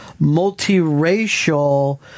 multiracial